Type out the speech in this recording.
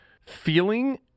feeling